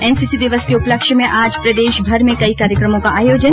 NCC दिवस के उपलक्ष में आज प्रदेशभर में कई कार्यक्रमों का आयोजन